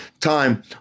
time